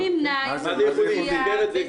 הוא נמנה עם אוכלוסייה בסיכון.